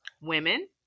Women